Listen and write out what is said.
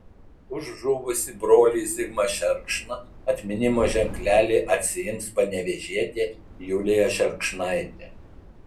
už žuvusį brolį zigmą šerkšną atminimo ženklelį atsiims panevėžietė julija šerkšnaitė